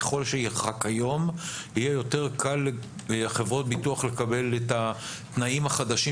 ככל שירחק היום יהיה יותר קל לחברות ביטוח לקבל את התנאים החדשים